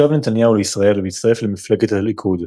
שב נתניהו לישראל והצטרף למפלגת "הליכוד".